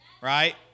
Right